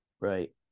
Right